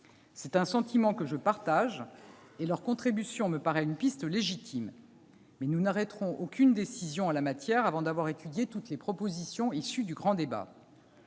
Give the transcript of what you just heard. C'est un sentiment que je partage, et leur contribution me paraît être une piste légitime. Mais nous n'arrêterons aucune décision en la matière avant d'avoir étudié toutes les propositions issues du grand débat.